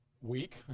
week